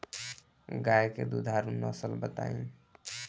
गाय के दुधारू नसल बताई?